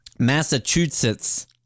Massachusetts